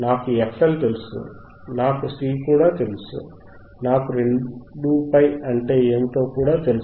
నాకు FL తెలుసు నాకు C కూడా తెలుసు నాకు 2π అంటే ఏమిటో కూడా తెలుసు